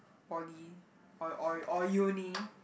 poly or or or uni